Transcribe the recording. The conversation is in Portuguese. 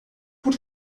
por